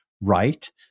right